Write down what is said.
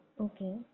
Okay